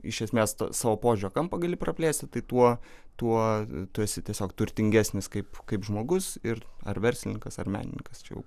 iš esmės savo požiūrio kampą gali praplėsti tai tuo tuo tu esi tiesiog turtingesnis kaip kaip žmogus ir ar verslininkas ar menininkas čia jau